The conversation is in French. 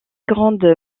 grande